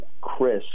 Chris